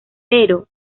pero